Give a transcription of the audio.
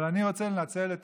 אבל אני רוצה לנצל את